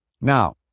Now